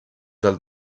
del